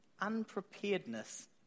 unpreparedness